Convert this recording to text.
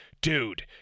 Dude